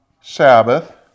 Sabbath